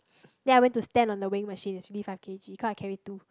then I went to stand on the weighing machine it's only five K_G cause I carry two